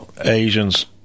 asians